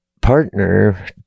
partner